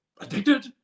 addicted